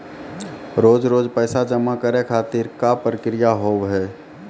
रोज रोज पैसा जमा करे खातिर का प्रक्रिया होव हेय?